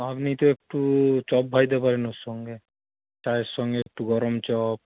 আপনি তো একটু চপ ভাজতে পারেন ওর সঙ্গে চায়ের সঙ্গে একটু গরম চপ